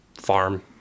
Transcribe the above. farm